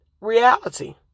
reality